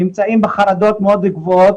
הם נמצאים בחרדות מאוד גבוהות,